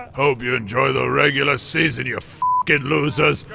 hope you enjoy the regular season you f kin' losers!